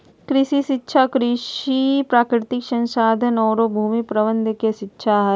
कृषि शिक्षा कृषि, प्राकृतिक संसाधन औरो भूमि प्रबंधन के शिक्षा हइ